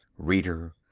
reader,